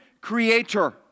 creator